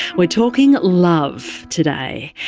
we are talking love today.